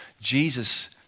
Jesus